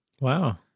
Wow